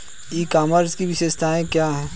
ई commerce की विशेषताएं क्या हैं?